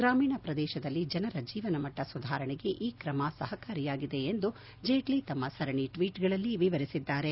ಗ್ರಾಮೀಣ ಪ್ರದೇಶದಲ್ಲಿ ಜನರ ಜೀವನಮಟ್ಟ ಸುಧಾರಣೆಗೆ ಈ ಕ್ರಮ ಸಹಕಾರಿಯಾಗಿದೆ ಎಂದು ಜೇಟ್ಲಿ ತಮ್ಮ ಸರಣಿ ಟ್ವೀಟ್ಗಳಲ್ಲಿ ವಿವರಿಸಿದ್ದಾರೆ